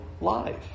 life